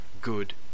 Good